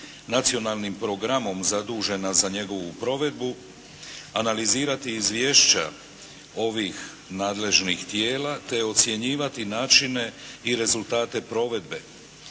nacionalnim programom zadužena za njegovu provedbu, analizirati izvješća ovih nadležnih tijela te ocjenjivati načine i rezultate provedbe,